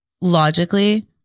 logically